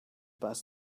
bus